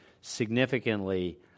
significantly